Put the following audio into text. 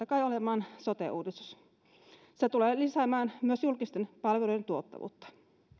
kai olemaan sote uudistus se tulee lisäämään myös julkisten palveluiden tuottavuutta